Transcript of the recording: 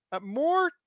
more